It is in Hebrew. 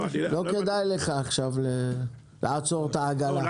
לא כדאי לך לעצור את העגלה עכשיו.